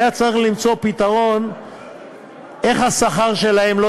והיה צריך למצוא פתרון איך השכר שלהם לא